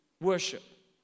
worship